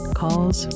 calls